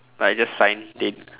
but I just signed it